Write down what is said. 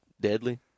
Deadly